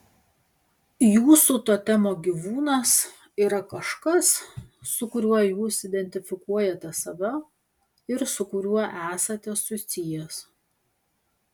jūsų totemo gyvūnas yra kažkas su kuriuo jūs identifikuojate save ir su kuriuo esate susijęs